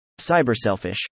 Cyberselfish